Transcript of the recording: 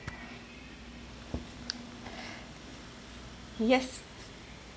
yes